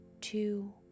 two